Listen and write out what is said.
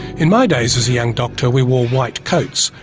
in my days as a young doctor we wore white coats,